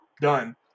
done